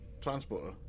transporter